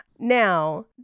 Now